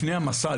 לפני המסע,